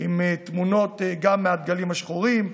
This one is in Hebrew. עם תמונות מהדגלים השחורים.